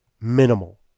minimal